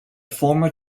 former